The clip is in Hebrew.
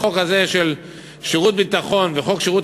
החוק הזה של שירות ביטחון וחוק שירות